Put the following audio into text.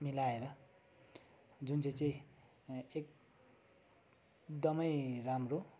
मिलाएर जुन चाहिँ चाहिँ एकदमै राम्रो